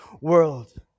world